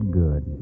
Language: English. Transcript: good